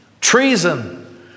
treason